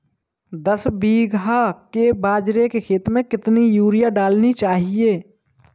दस बीघा के बाजरे के खेत में कितनी यूरिया डालनी चाहिए?